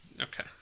Okay